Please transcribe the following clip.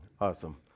Awesome